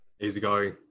Easygoing